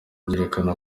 byerekana